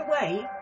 away